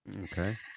Okay